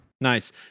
Nice